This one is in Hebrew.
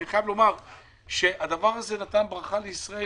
אני חייב לומר שהדבר הזה נתן ברכה לישראל.